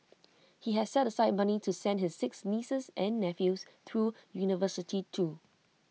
he has set aside money to send his six nieces and nephews through university too